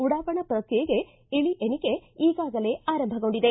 ಉಡಾವಣಾ ಪ್ರಕ್ರಿಯೆಗೆ ಇಳಿ ಎಣಿಕೆ ಈಗಾಗಲೇ ಆರಂಭಗೊಂಡಿದೆ